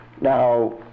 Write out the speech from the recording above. Now